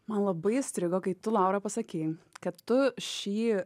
man labai įstrigo kai tu laura pasakei kad tu šį